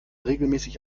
regelmäßig